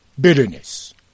bitterness